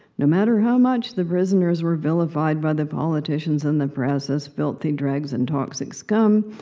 no matter how much the prisoners were vilified by the politicians and the press as filthy dregs and toxic scum,